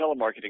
telemarketing